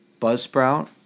Buzzsprout